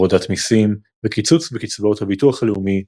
הורדת מיסים וקיצוץ בקצבאות הביטוח הלאומי,